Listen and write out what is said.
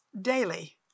daily